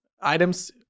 items